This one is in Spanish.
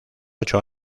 ocho